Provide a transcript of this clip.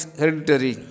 hereditary